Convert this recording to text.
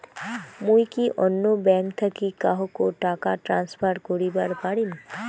মুই কি অন্য ব্যাঙ্ক থাকি কাহকো টাকা ট্রান্সফার করিবার পারিম?